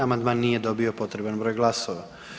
Amandman nije dobio potreban broj glasova.